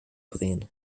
bringen